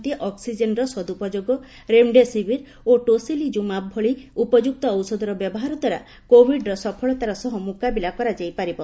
ସେ ପୁଶି କହିଛନ୍ତି ଅକ୍ନିଜେନ୍ର ସଦୁପୋଯୋଗ ରେମ୍ଡେସିବିର୍ ଓ ଟୋସିଲିଜୁମାବ ଭଳି ଉପଯୁକ୍ତ ଔଷଧର ବ୍ୟବହାର ଦ୍ୱାରା କୋବିଡ୍ର ସଫଳତାର ସହ ମୁକାବିଲା କରାଯାଇ ପାରିବ